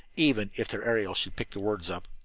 even if their aerial should pick the words up.